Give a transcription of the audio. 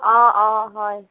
অ' অ' হয়